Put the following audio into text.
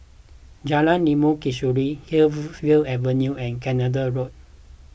Jalan Limau Kasturi Hillview Avenue and Canada Road